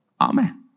Amen